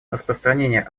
распространение